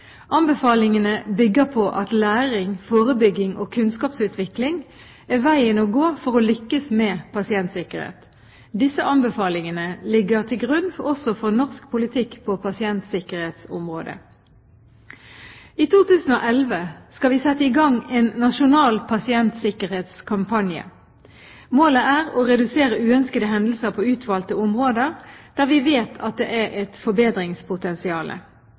Anbefalingene bygger på at læring, forebygging og kunnskapsutvikling er veien å gå for å lykkes med pasientsikkerhet. Disse anbefalingene ligger til grunn også for norsk politikk på pasientsikkerhetsområdet. I 2011 skal vi sette i gang en nasjonal pasientsikkerhetskampanje. Målet er å redusere uønskede hendelser på utvalgte områder der vi vet at det er et forbedringspotensial.